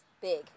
big